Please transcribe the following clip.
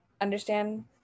understand